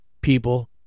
people